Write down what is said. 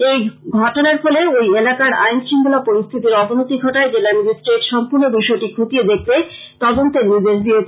এই ঘটনার ফলে ঐ এলাকার আইন শৃঙ্খলা পরিস্থিতির অবনতি ঘটায় জেলা ম্যাজিষ্ট্রেট সম্পূর্ন বিষয়টি খতিয়ে দেখতে তদন্তের নির্দেশ দিয়েছেন